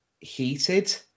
heated